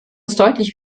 deutlich